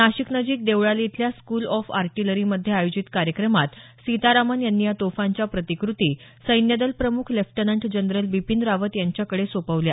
नाशिक नजिक देवळाली इथल्या school of artillery मध्ये आयोजित कार्यक्रमात सितारामन यांनी या तोफांच्या प्रतिकृती सैन्यदल प्रमुख लेफ्टनंट जनरल बिपिन रावत यांच्याकडे सोपवल्या